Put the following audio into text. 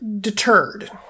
deterred